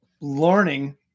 learning